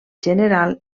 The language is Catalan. general